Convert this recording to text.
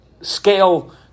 scale